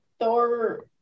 thor